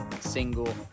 single